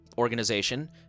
Organization